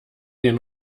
den